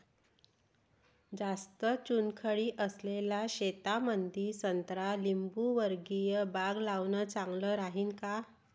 जास्त चुनखडी असलेल्या शेतामंदी संत्रा लिंबूवर्गीय बाग लावणे चांगलं राहिन का?